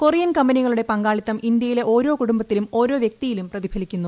Korean കമ്പനികളുടെ പങ്കാളിത്തം ഇന്ത്യയിലെ ഓരോ കുടുംബത്തിലും ഓരോ വ്യക്തിയിലും പ്രതിഫലിക്കുന്നു